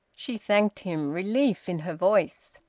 she thanked him, relief in her voice.